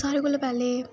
सारें कोला पैहलें